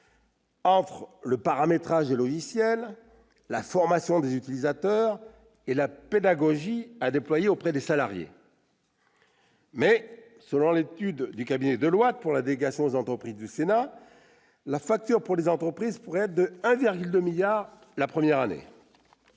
entre le paramétrage des logiciels, la formation des utilisateurs et la pédagogie à déployer auprès des salariés. Selon l'étude du cabinet Deloitte pour la délégation aux entreprises du Sénat, la facture pour les entreprises pourrait s'élever à 1,2 milliard d'euros la première année.